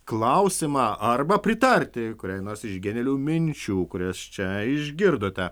klausimą arba pritarti kuriai nors iš genialių minčių kurias čia išgirdote